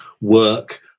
work